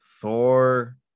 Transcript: Thor